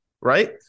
Right